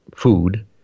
food